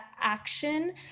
action